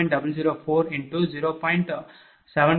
752 0